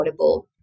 affordable